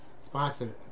sponsored